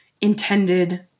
intended